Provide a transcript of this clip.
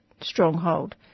stronghold